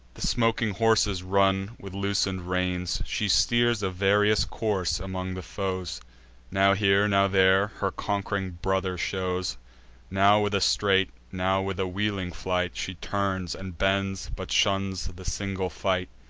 the smoking horses run with loosen'd reins. she steers a various course among the foes now here, now there, her conqu'ring brother shows now with a straight, now with a wheeling flight, she turns, and bends, but shuns the single fight.